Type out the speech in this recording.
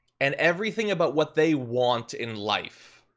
and everything about what they want in life,